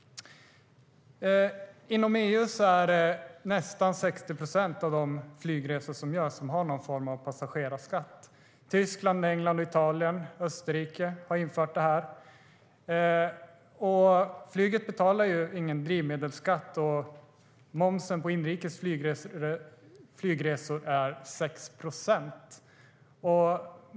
Inom EU har nästan 60 procent av de flygresor som görs någon form av passagerarskatt. Tyskland, England, Italien och Österrike har infört en sådan. Flyget betalar ju ingen drivmedelsskatt, och momsen på inrikes flygresor är 6 procent.